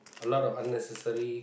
a lot of unnecessary